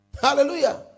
hallelujah